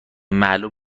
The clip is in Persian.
معلوم